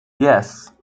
yes